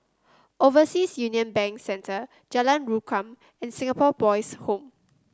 Overseas Union Bank Centre Jalan Rukam and Singapore Boys' Home